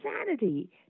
insanity